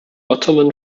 ottoman